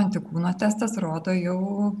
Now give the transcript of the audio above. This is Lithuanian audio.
antikūnų testas rodo jau